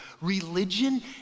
Religion